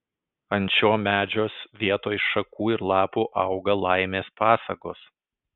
ant šio medžios vietoj šakų ir lapų auga laimės pasagos